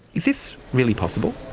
is this really possible?